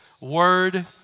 word